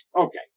okay